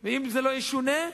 אם זה לא ישונה,